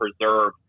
preserve